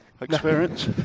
experience